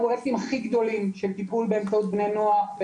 אחד מהפרוייקטים הכי גדולים של טיפול באמצעות ספורט בבני נוער.